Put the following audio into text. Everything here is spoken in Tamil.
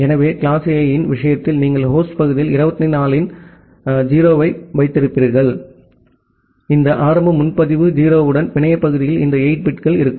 எனவே கிளாஸ் A இன் விஷயத்தில் நீங்கள் ஹோஸ்ட் பகுதியில் 24 இன் 0 ஐ வைத்திருப்பீர்கள் இந்த ஆரம்ப முன்பதிவு 0 உடன் பிணைய பகுதியில் இந்த 8 பிட்கள் இருக்கும்